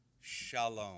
shalom